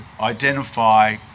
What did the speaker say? identify